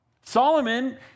Solomon